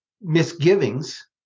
Misgivings